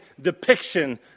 depiction